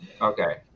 Okay